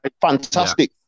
Fantastic